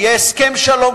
ויהיה הסכם שלום,